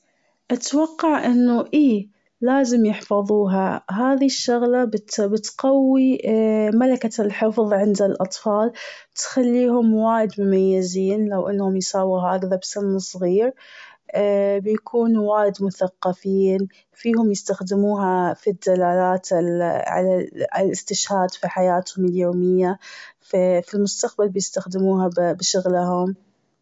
اتوقع إنه اي لازم يحفظوها .هذي الشغلة بت- بتقوي ملكة الحفظ عند الأطفال تخليهم وايد مميزين لو انهم يساووا هذا بسن صغير. بيكونوا وايد مثقفين فيهم يستخدموها في الدلالات الاستشهاد في حياتهم اليومية، في المستقبل بيستخدموها بشغلهم.